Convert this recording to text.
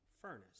furnace